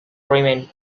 remain